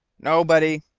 nobody,